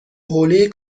حوله